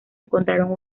encontraron